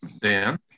Dan